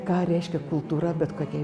ką reiškia kultūra bet kokiai